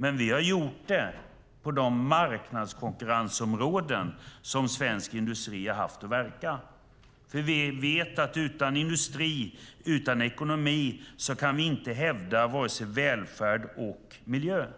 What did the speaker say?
Men vi har gjort det på de marknadskonkurrensområden där svensk industri har haft att verka. Vi vet nämligen att utan industri och utan ekonomi kan vi inte hävda vare sig välfärd eller miljö. I